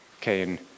Cain